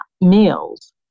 meals